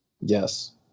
Yes